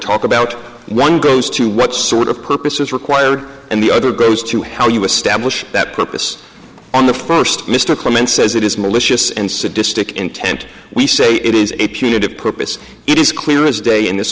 talk about one goes to what sort of purpose is required and the other goes to how you establish that purpose on the first mr clements says it is malicious and sadistic intent we say it is a punitive purpose it is clear as day in this